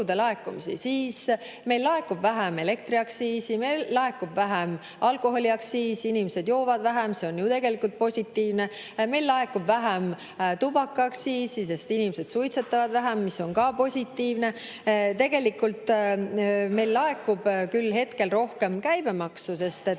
laekumisi, siis meil laekub vähem elektriaktsiisi, meil laekub vähem alkoholiaktsiisi. Inimesed joovad vähem – see on ju tegelikult positiivne. Meil laekub vähem tubakaaktsiisi, sest inimesed suitsetavad vähem, mis on ka positiivne. Küll meil laekub hetkel rohkem käibemaksu, sest